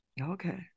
Okay